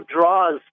draws